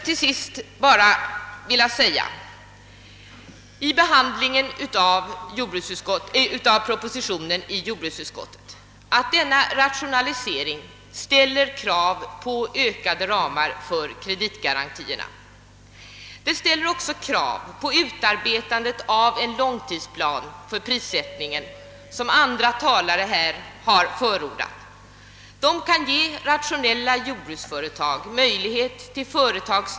Denna rationalisering ställer krav på ökade ramar för kreditgarantierna. Den ställer också krav på utarbetandet av en sådan långtidsplan för prissättningen som andra talare här har förordat.